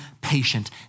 patient